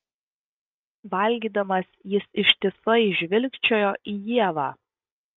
valgydamas jis ištisai žvilgčiojo į ievą